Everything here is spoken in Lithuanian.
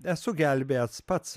esu gelbėjęs pats